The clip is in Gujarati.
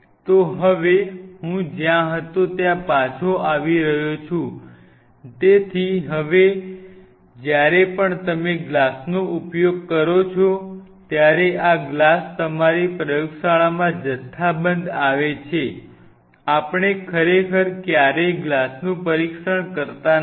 તો હવે હું જ્યાં હતો ત્યાં પાછો આવી રહ્યો છું તેથી હવે જ્યારે પણ તમે ગ્લાસનો ઉપયોગ કરો છો ત્યારે આ ગ્લાસ તમારી પ્રયોગશાળામાં જથ્થાબંધ આવે છે આપણે ખરેખર ક્યારેય ગ્લાસનું પરીક્ષણ કરતા નથી